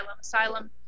asylum